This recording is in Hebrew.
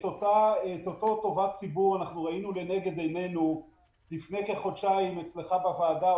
את אותה טובת ציבור אנחנו ראינו לנגד עינינו לפני כחודשיים אצלך בוועדה,